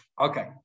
Okay